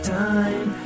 time